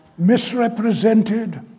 misrepresented